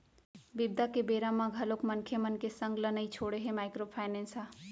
बिपदा के बेरा म घलोक मनखे मन के संग ल नइ छोड़े हे माइक्रो फायनेंस ह